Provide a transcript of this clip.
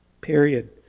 Period